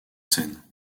scène